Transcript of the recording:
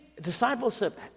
discipleship